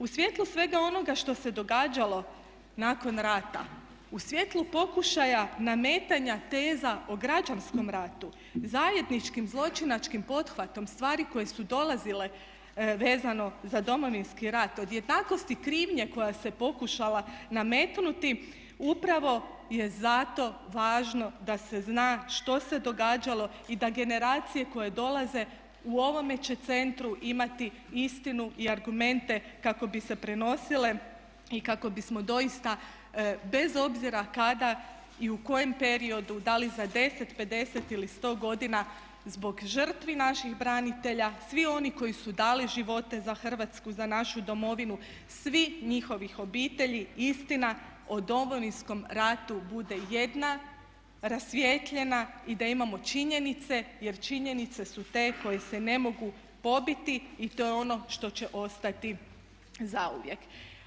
U svjetlu svega onoga što se događalo nakon rata, u svjetlu pokušaja nametanja teza o građanskom ratu, zajedničkim zločinačkim pothvatom, stvari koje su dolazile vezano za Domovinski rat, od jednakosti krivnje koja se pokušala nametnuti upravo je zato važno da se zna što se događalo i da generacije koje dolaze u ovome će centru imati istinu i argumente kako bi se prenosile i kako bismo doista bez obzira kada i u kojem periodu da li za 10, 50 ili 100 godina zbog žrtvi naših branitelja, svi oni koji su dali živote za Hrvatsku, za našu domovinu, svih njihovih obitelji, istina o Domovinskom ratu bude jedna, rasvijetljena i da imamo činjenice jer činjenice su te koje se ne mogu pobiti i to je ono što će ostati zauvijek.